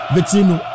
Vecino